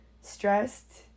stressed